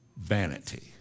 vanity